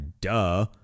Duh